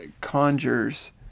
conjures